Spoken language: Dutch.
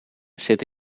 zit